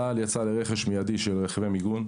צה"ל יצא לרכש מידי של רכבי מיגון,